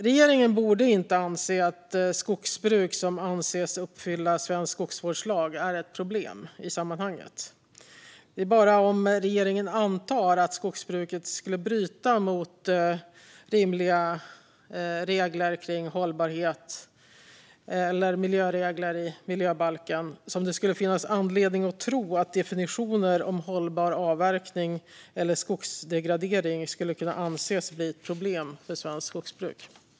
Regeringen borde inte anse att skogsbruk som anses uppfylla svensk skogsvårdslag är ett problem i sammanhanget. Det är bara om regeringen antar att skogsbruket ska bryta mot rimliga regler för hållbarhet eller miljöregler i miljöbalken som det skulle finnas anledning att tro att definitioner om hållbar avverkning eller skogsdegradering skulle kunna bli ett problem för svenskt skogsbruk.